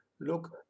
Look